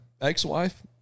ex-wife